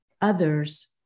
others